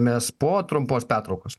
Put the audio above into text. mes po trumpos pertraukos